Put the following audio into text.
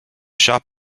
shop